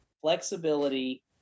flexibility